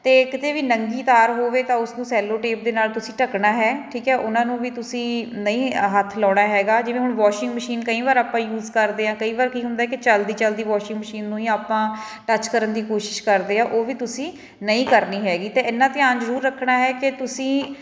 ਅਤੇ ਕਿਤੇ ਵੀ ਨੰਗੀ ਤਾਰ ਹੋਵੇ ਤਾਂ ਉਸਨੂੰ ਸੈਲੋ ਟੇਪ ਦੇ ਨਾਲ ਤੁਸੀਂ ਢਕਣਾ ਹੈ ਠੀਕ ਹੈ ਉਹਨਾਂ ਨੂੰ ਵੀ ਤੁਸੀਂ ਨਹੀਂ ਹੱਥ ਲਗਾਉਣਾ ਹੈਗਾ ਜਿਵੇਂ ਹੁਣ ਵਾਸ਼ਿੰਗ ਮਸ਼ੀਨ ਕਈ ਵਾਰ ਆਪਾਂ ਯੂਜ ਕਰਦੇ ਹਾਂ ਕਈ ਵਾਰ ਕੀ ਹੁੰਦਾ ਕਿ ਚੱਲਦੀ ਚੱਲਦੀ ਵਾਸ਼ਿੰਗ ਮਸ਼ੀਨ ਨੂੰ ਹੀ ਆਪਾਂ ਟੱਚ ਕਰਨ ਦੀ ਕੋਸ਼ਿਸ਼ ਕਰਦੇ ਹਾਂ ਉਹ ਵੀ ਤੁਸੀਂ ਨਹੀਂ ਕਰਨੀ ਹੈਗੀ ਅਤੇ ਇਹਨਾਂ ਧਿਆਨ ਜ਼ਰੂਰ ਰੱਖਣਾ ਹੈ ਕਿ ਤੁਸੀਂ